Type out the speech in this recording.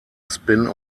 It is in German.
spin